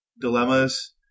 dilemmas